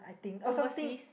overseas